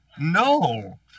no